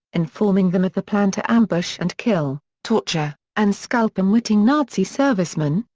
informing them of the plan to ambush and kill, torture, and scalp unwitting nazi servicemen,